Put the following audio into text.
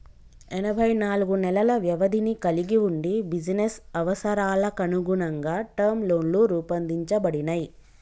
ఎనబై నాలుగు నెలల వ్యవధిని కలిగి వుండి బిజినెస్ అవసరాలకనుగుణంగా టర్మ్ లోన్లు రూపొందించబడినయ్